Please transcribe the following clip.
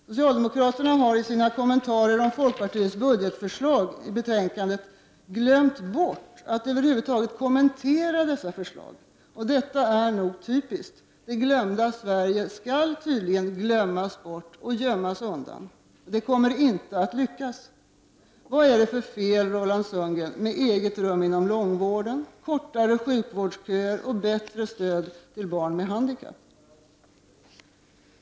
Socialdemokraterna har i sina kommentarer i betänkandet om folkpartiets budgetförslag ”glömt” att över huvud taget kommentera dessa förslag. Det är typiskt — det glömda Sverige skall tydligen glömmas bort och gömmas undan. Det kommer inte att lyckas. Vad är det för fel, Roland Sundgren, med eget rum inom långvården, kortare sjukvårdsköer och bättre stöd till barn med handikapp?